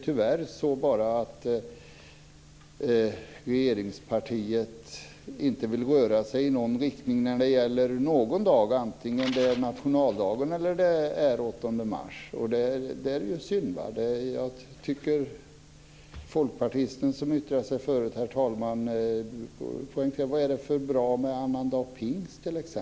Tyvärr vill regeringspartiet inte röra sig i någon riktning vare sig det gäller nationaldagen eller den 8 mars. Det är synd. Herr talman! Folkpartisten, som yttrade sig förut, undrade vad det var för bra med annandag pingst.